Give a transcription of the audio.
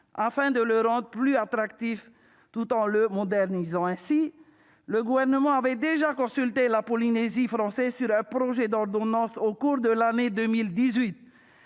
afin de le rendre plus attractif tout en le modernisant. Ainsi, le Gouvernement avait déjà consulté la Polynésie française sur un projet d'ordonnance au cours de l'année 2018.